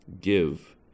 give